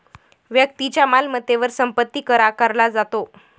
व्यक्तीच्या मालमत्तेवर संपत्ती कर आकारला जातो